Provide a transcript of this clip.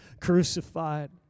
crucified